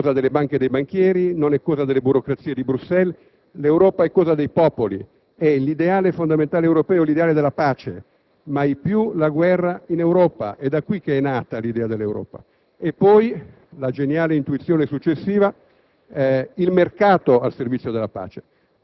per ridire le ragioni dell'Europa. L'Europa non è cosa delle banche e dei banchieri, non è cosa delle burocrazie di Bruxelles; l'Europa è cosa dei popoli, è l'ideale fondamentale europeo, l'ideale della pace: mai più la guerra in Europa. È da qui che è nata l'idea dell'Europa. E poi la geniale intuizione successiva: